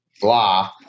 blah